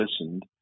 listened